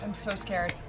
um so scared.